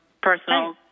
personal